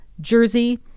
jersey